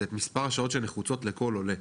זה את מספר השעות שנחוצות לכל עולה,